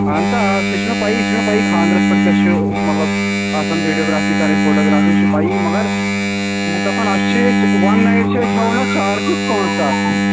اَہن سا آ سۅے چھِ مےٚ پیِیی سُہ چھُ مےٚ پیِیی خانٛدرس پیٚٹھ کیٛاہ چھُ مطلب آسان ویٖڈیوگرٛافی کَرٕنۍ فوٹوٗگرٛافی چھِ پیِیی مَگر بہٕ چھُس دَپان اکھ چیٖز وَن نایِٹ چھِ أسۍ ہیٚوان اَتھ چارجِس پانٛژ ساس